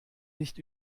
nicht